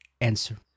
answer